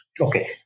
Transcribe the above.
okay